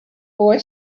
boy